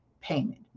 payment